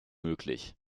möglich